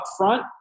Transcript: upfront